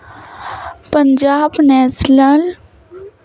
Punjab National ले पइसा Canara Bank मे ट्रांसफर होहि कौन?